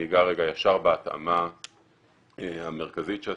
אני אגע רגע ישר בהתאמה המרכזית שעשינו,